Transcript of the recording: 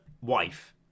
wife